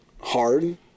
hard